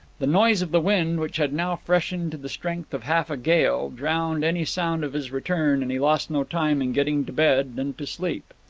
the noise of the wind, which had now freshened to the strength of half a gale, drowned any sound of his return, and he lost no time in getting to bed and to sleep.